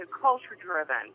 culture-driven